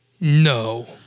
No